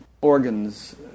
organs